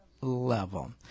level